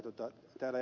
täällä ed